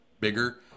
bigger